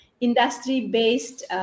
industry-based